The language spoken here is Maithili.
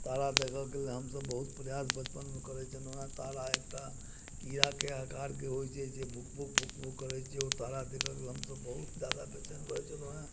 तारा देखऽके लेल हमसब बहुत प्रयास बचपनमे करै छलहुॅं हें तारा एकटा कीड़ा के आकार के होइ छै जे भुक भुक भुक भुक करै छै ओ तारा देखऽके लेल हमसब बहुत जादा बेचैन रहै छलहुॅं हें